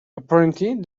apparently